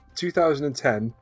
2010